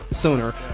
sooner